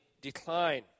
decline